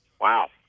Wow